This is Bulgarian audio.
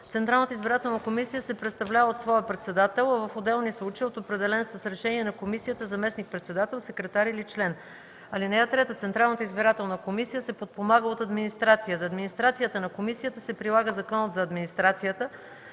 Централната избирателна комисия се представлява от своя председател, а в отделни случаи – от определен с решение на комисията заместник-председател, секретар или член. (3) Централната избирателна комисия се подпомага от администрация. За администрацията на комисията се прилага Законът за администрацията,